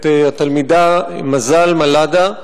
את התלמידה מזל מלדה,